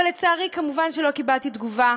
אבל לצערי, מובן שלא קיבלתי תגובה,